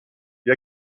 vit